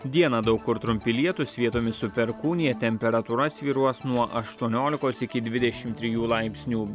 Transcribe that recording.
dieną daug kur trumpi lietūs vietomis su perkūnija temperatūra svyruos nuo aštuoniolikos iki dvidešimt trijų laipsnių